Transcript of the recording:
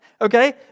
okay